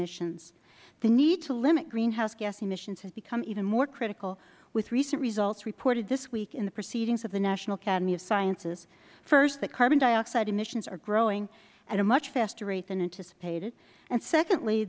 emissions the need to limit greenhouse gas emissions has become even more critical with recent results reported this week in the proceedings of the national academy of sciences first that carbon dioxide emissions are growing at a much faster rate than anticipated and secondly